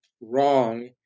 wrong